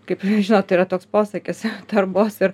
kaip žinot yra toks posakis tarbos ir